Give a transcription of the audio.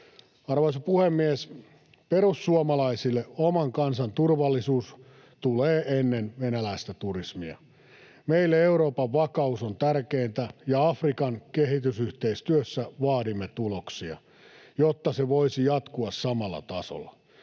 Arvoisa puhemies! Perussuomalaisille oman kansan turvallisuus tulee ennen venäläistä turismia. Meille Euroopan vakaus on tärkeintä, ja Afrikan kehitysyhteistyössä vaadimme tuloksia, jotta se voisi jatkua samalla tasolla.